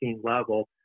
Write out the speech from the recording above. level